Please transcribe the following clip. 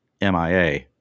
MIA